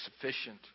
sufficient